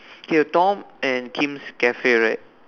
here Tom and Kim's cafe right